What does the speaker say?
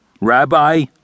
Rabbi